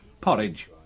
porridge